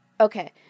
Okay